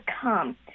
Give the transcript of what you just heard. come